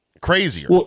crazier